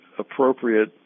appropriate